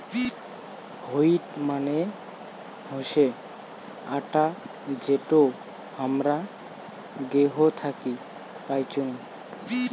wheat মানে হসে আটা যেটো হামরা গেহু থাকি পাইচুং